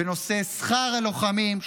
בנושא שכר הלוחמים.